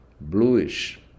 bluish